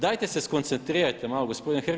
Dajte se skoncentrirajte malo gospodine Hrg.